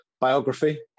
biography